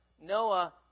Noah